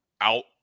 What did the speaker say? out